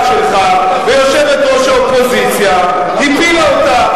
שלך ויושבת-ראש האופוזיציה הפילה אותה.